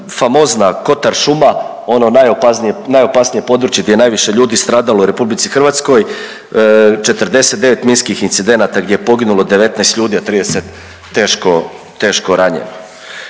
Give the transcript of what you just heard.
famozna kotar šuma, ono najopasnije područje gdje je najviše ljudi stradalo u Republici Hrvatskoj 49 minskih incidenata gdje je poginulo 19 ljudi, a 30 teško ranjeno.